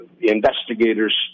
investigators